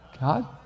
God